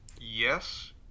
Yes